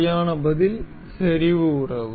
சரியான பதில் செறிவு உறவு